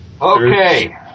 Okay